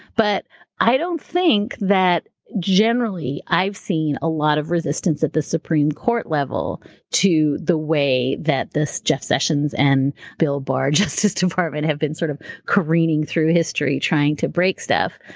but i don't think that generally, i've seen a lot of resistance at the supreme court level to the way that this jeff sessions and bill barr justice department have been sort of careening through history trying to break stuff.